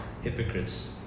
Hypocrites